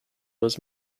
was